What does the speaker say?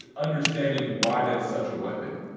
ah understanding why that's such a weapon.